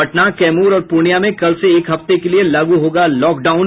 पटना कैमूर और पूर्णिया में कल से एक हफ्ते के लिए लागू होगा लॉकडाउन